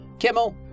Kimmel